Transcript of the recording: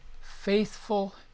faithful